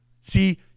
See